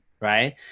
right